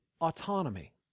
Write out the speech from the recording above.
autonomy